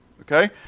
okay